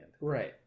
right